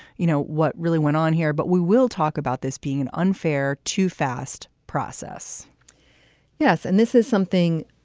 you know, what really went on here. but we will talk about this being an unfair, too fast process yes. and this is something.